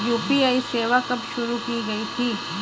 UPI सेवा कब शुरू की गई थी?